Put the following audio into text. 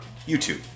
YouTube